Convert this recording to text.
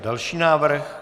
Další návrh.